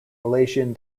malaysian